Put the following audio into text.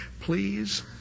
please